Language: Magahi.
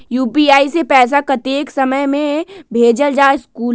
यू.पी.आई से पैसा कतेक समय मे भेजल जा स्कूल?